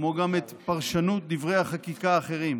כמו גם את פרשנות דברי החקיקה האחרים,